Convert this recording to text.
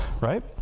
right